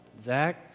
Zach